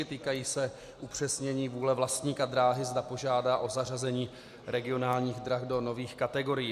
Týkají se upřesnění vůle vlastníka dráhy, zda požádá o zařazení regionálních drah do nových kategorií.